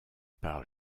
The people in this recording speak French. par